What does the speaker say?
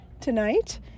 tonight